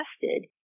tested